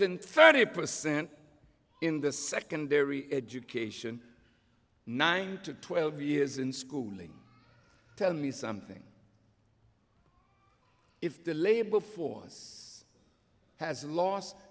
than thirty percent in the secondary education nine to twelve years in schooling tell me something if the labor force has lost